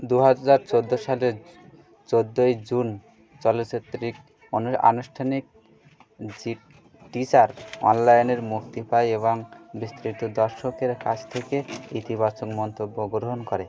দু হাজার চোদ্দো সালের চোদ্দোই জুন চলচ্চিত্রের অনু আনুষ্ঠানিক জি টিজার অনলাইনে মুক্তি পায় এবং বিস্তৃত দর্শকের কাছ থেকে ইতিবাচক মন্তব্য গ্রহণ করে